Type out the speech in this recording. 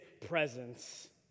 presence